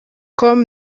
com